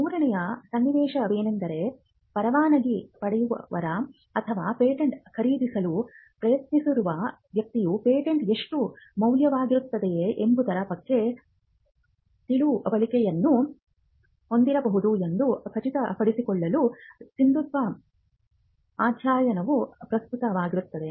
ಮೂರನೆಯ ಸನ್ನಿವೇಶವೆಂದರೆ ಪರವಾನಗಿ ಪಡೆದವರು ಅಥವಾ ಪೇಟೆಂಟ್ ಖರೀದಿಸಲು ಪ್ರಯತ್ನಿಸುತ್ತಿರುವ ವ್ಯಕ್ತಿಯು ಪೇಟೆಂಟ್ ಎಷ್ಟು ಮೌಲ್ಯಯುತವಾಗಿದೆ ಎಂಬುದರ ಬಗ್ಗೆ ತಿಳುವಳಿಕೆಯನ್ನು ಹೊಂದಿರಬಹುದು ಎಂದು ಖಚಿತಪಡಿಸಿಕೊಳ್ಳಲು ಸಿಂಧುತ್ವ ಅಧ್ಯಯನವು ಪ್ರಸ್ತುತವಾಗಿರುತ್ತದೆ